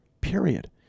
period